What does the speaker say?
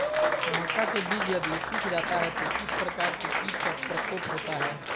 मक्का के बिज यदि सुख जाता है तो किस प्रकार के कीट का प्रकोप होता है?